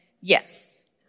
yes